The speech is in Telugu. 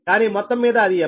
కానీ మొత్తం మీద అది MVA